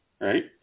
right